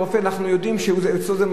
אנחנו יודעים שאצלו זה מסור.